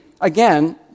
again